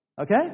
Okay